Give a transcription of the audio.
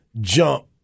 jump